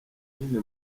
nyine